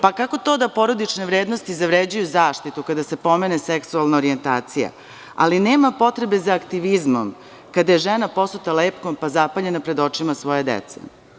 Pa, kako to da porodične vrednosti zavređuju zaštitu kada se pomene seksualna orijentacija, ali nema potrebe za aktivizmom kada je žena posuta lepkom, pa zapaljena pred očima svoje dece?